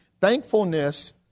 thankfulness